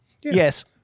Yes